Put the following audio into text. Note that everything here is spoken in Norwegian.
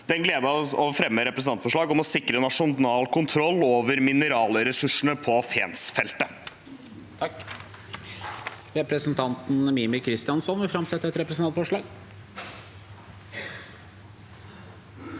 har jeg gleden av å fremme et representantforslag om å sikre nasjonal kontroll over mineralressursene på Fensfeltet.